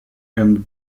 and